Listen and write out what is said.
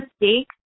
mistakes